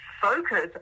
focus